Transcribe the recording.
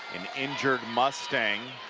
an injured mustang.